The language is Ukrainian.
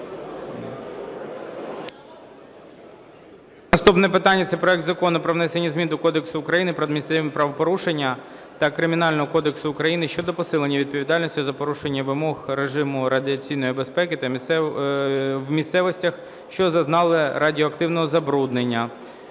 Наступне питання – це проект Закону про внесення змін до Кодексу України про адміністративні правопорушення та Кримінального кодексу України щодо посилення відповідальності за порушення вимог режиму радіаційної безпеки в місцевостях, що зазнали радіоактивного забруднення